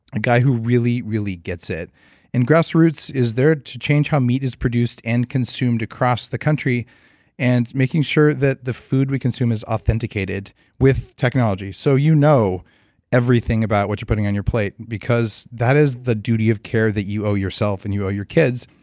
a guy who really, really gets it and grassroots is there to change how meat is produced and consumed across the country and making sure that the food we consume is authenticated with technology. so you know everything about what you're putting on your plate, because that is the duty of care that you owe yourself and you owe your kids.